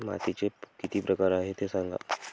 मातीचे प्रकार किती आहे ते सांगा